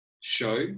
show